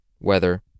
weather